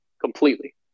Completely